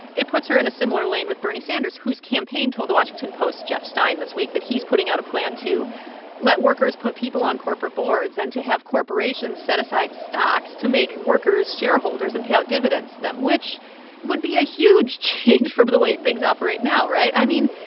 it puts her in a similar lane with bernie sanders, whose campaign told the washington post's jeff stein this week that he's putting out a plan to let workers put people on corporate boards and to have corporations set aside stocks to make workers shareholders and pay out dividends to them, which would be a huge change from the way things operate now, right? i mean,